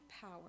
power